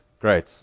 great